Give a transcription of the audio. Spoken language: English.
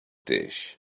dish